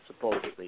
supposedly